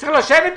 צריך לשבת?